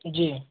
जी